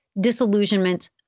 disillusionment